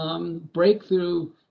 breakthrough